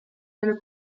nelle